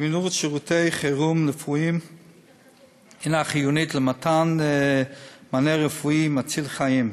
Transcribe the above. זמינות שירותי חירום רפואיים היא חיונית למתן מענה רפואי מציל חיים.